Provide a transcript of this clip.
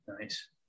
Nice